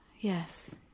Yes